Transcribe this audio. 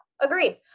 Agreed